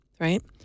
right